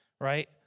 right